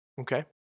Okay